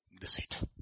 deceit